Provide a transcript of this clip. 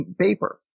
paper